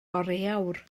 oriawr